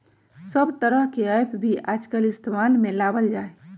सब तरह के ऐप भी आजकल इस्तेमाल में लावल जाहई